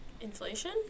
Inflation